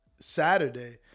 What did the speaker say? Saturday